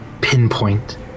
pinpoint